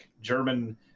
German